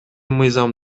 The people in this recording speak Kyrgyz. мыйзам